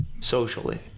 socially